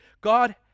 God